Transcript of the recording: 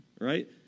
right